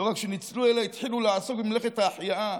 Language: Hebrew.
לא רק שניצלו, אלא התחילו לעסוק במלאכת ההחייאה,